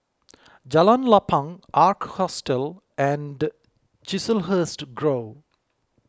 Jalan Lapang Ark Hostel and Chiselhurst Grove